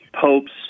popes